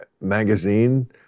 magazine